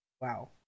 wow